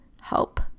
help